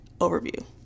overview